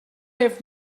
have